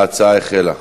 ההצבעה החלה.